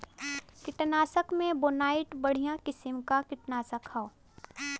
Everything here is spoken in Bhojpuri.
कीटनाशक में बोनाइट बढ़िया किसिम क कीटनाशक हौ